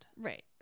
Right